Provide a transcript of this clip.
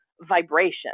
vibration